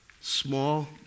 small